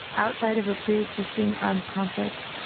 outside of a pre-existing armed conflict,